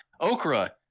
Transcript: Okra